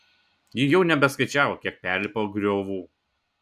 ji jau nebeskaičiavo kiek perlipo griovų